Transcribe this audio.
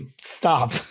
Stop